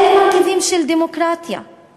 אלו מרכיבים של דמוקרטיה,